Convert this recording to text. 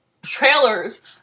trailers